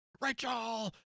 Rachel